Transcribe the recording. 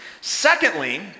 Secondly